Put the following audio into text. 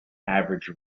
average